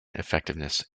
effectiveness